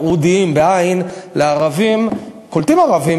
קולטים ערבים,